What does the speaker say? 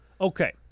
Okay